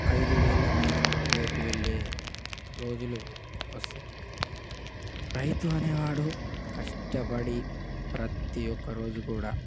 ఐదు వేలు అనేది నోట్లోకి వెళ్లే రోజులు వస్తాయి రైతు అనేవాడు కష్టపడి ప్రతి ఒక్కరోజు కూడా